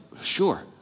Sure